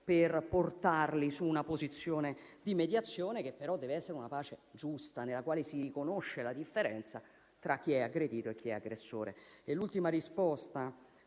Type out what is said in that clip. per portarli su una posizione di mediazione che però deve andare verso una pace giusta, nella quale si riconosca la differenza tra chi è aggredito e chi è aggressore.